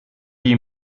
die